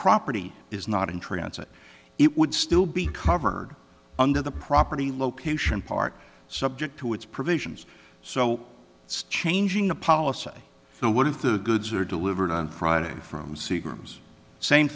property is not in transit it would still be covered under the property location park subject to its provisions so it's changing the policy so what if the goods are delivered on friday from se